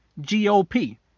G-O-P